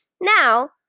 Now